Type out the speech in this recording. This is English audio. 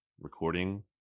recording